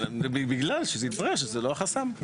בגלל שזה התברר שזה לא החסם.